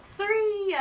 three